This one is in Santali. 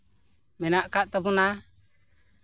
ᱢᱮᱱᱟᱜ ᱟᱠᱟᱫ ᱛᱟᱵᱚᱱᱟ